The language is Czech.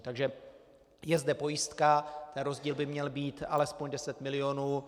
Takže je zde pojistka, ten rozdíl by měl být alespoň 10 mil.